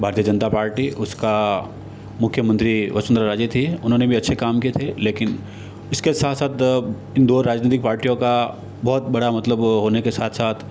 भारतीय जनता पार्टी उसका मुख्यमंत्री वसुंधरा राजे थी उन्होंने भी अच्छे कार्य किए थे लेकिन इसके साथ साथ इन दोनों राजनैतिक पार्टियों का बहुत बड़ा मतलब वो होने के साथ साथ